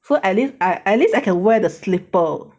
so at least I at least I can wear the slipper